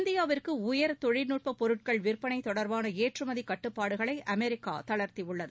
இந்தியாவிற்கு உயர் தொழில்நுட்பப் பொருட்கள் விற்பனைதொடர்பானஏற்றுமதிகட்டுப்பாடுகளைஅமெரிக்காதளர்த்தியுள்ளது